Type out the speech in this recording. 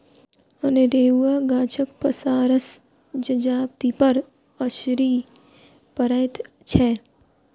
अनेरूआ गाछक पसारसँ जजातिपर असरि पड़ैत छै